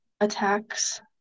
attacks